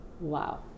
Wow